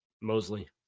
Mosley